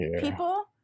people